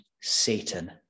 Satan